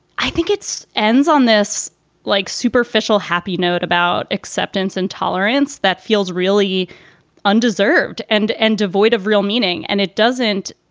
i think it's ends on this like superficial happy note about acceptance and tolerance that feels really undeserved and and devoid of real meaning. and it doesn't.